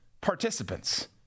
participants